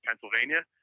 Pennsylvania